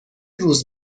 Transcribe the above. روز